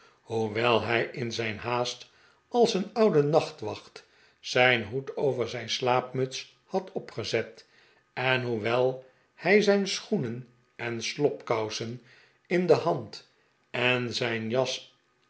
hoewel hij in zijn haast als een oude nachtwacht zijn hoed over zijn slaapmuts had opgezet en hoewel hij zijn schoenen en slobkousen in de hand en zijn jas